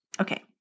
Okay